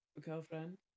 girlfriend